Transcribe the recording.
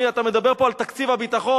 אתה מדבר פה על תקציב הביטחון,